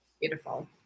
beautiful